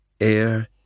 Air